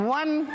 one